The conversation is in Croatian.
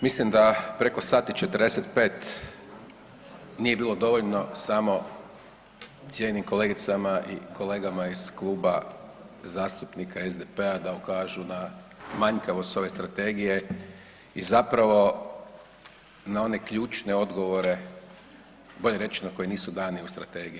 Mislim da preko sat i 45 nije bilo dovoljno samo cijenjenim kolegicama i kolegama iz Kluba zastupnika SDP-a da ukažu na manjkavost ove strategije i zapravo na one ključne odgovore, bolje reć na koji nisu dani u strategiji.